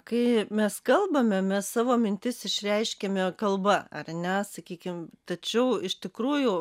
kai mes kalbame mes savo mintis išreiškiame kalba ar ne sakykim tačiau iš tikrųjų